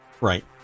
right